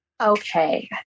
Okay